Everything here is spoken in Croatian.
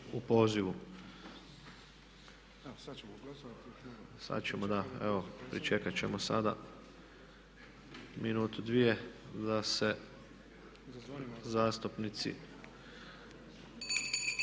u pozivu. Sad ćemo, da evo, pričekat ćemo sada minutu, dvije da se zastupnici